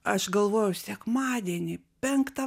aš galvojau sekmadienį penktą